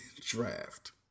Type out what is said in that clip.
draft